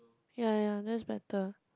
yea yea that's better